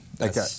Okay